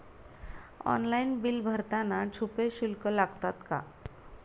Online bill भरताना छुपे शुल्क लागतात का?